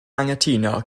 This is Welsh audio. anghytuno